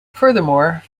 furthermore